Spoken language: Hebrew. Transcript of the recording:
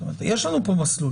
זאת אומרת יש לנו פה מסלול.